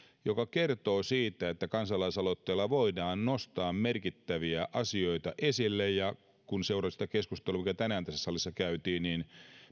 mikä kertoo siitä että kansalaisaloitteella voidaan nostaa merkittäviä asioita esille kun seurasin sitä keskustelua mikä tänään tässä salissa käytiin niin